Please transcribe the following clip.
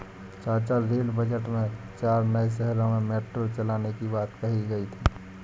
चाचा rail budget में चार नए शहरों में मेट्रो चलाने की बात कही गई थी